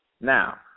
Now